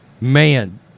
Man